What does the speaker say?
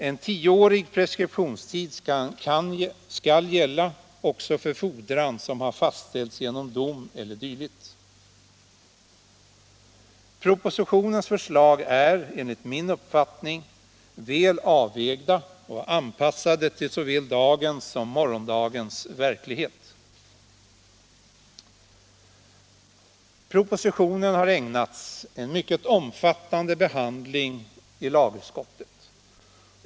En tioårig preskriptionstid skall gälla också för fordran som har fastställts genom dom e. d. Propositionens förslag är enligt min uppfattning väl avvägda och anpassade till såväl dagens som morgondagens verklighet. Propositionen har ägnats en mycket omfattande behandling i lagutskottet.